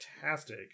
fantastic